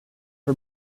her